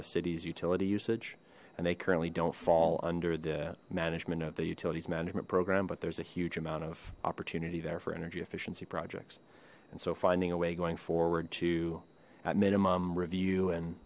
the city's utility usage and they currently don't fall under the management of the utilities management program but there's a huge amount of opportunity there for energy efficiency projects and so finding a way going forward to at minimum review and